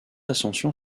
ascension